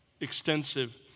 extensive